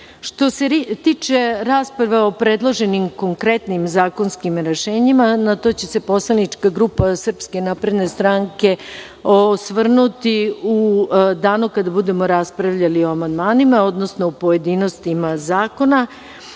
se tiče rasprave o predloženim konkretnim zakonskim rešenjima, na to će se poslanička grupa SNS osvrnuti u danu kada budemo raspravljali o amandmanima, odnosno o pojedinostima zakona.